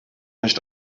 nicht